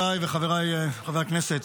אדוני היושב-ראש, חברותיי וחבריי חברי הכנסת,